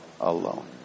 alone